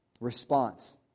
Response